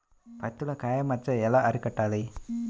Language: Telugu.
పత్తిలో కాయ మచ్చ ఎలా అరికట్టాలి?